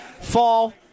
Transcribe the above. fall